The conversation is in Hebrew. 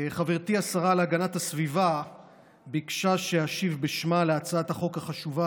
חברתי השרה להגנת הסביבה ביקשה שאשיב בשמה על הצעת החוק החשובה